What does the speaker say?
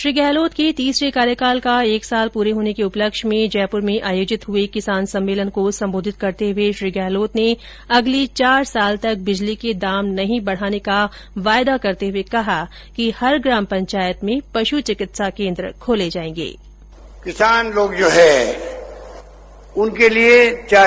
श्री गहलोत के तीसरे कार्यकाल का एक साल पूरे होने के उपलक्ष्य में जयपुर में आयोजित हुए किसान सम्मेलन को संबोधित करते हुए श्री गहलोत ने अगले चार साल तक बिजली के दाम नहीं बढाने का वायदा करते हुए कहा कि हर ग्राम प्रचायंत में पशु चिकित्सा केंद्र खोले जायेंगे